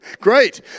great